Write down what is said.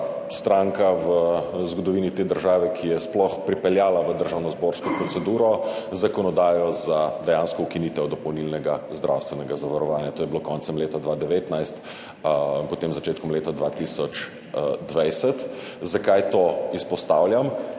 stranka v zgodovini te države, ki je sploh pripeljala v državnozborsko proceduro zakonodajo za dejansko ukinitev dopolnilnega zdravstvenega zavarovanja. To je bilo koncem leta 2019, potem začetkom leta 2020. Zakaj to izpostavljam?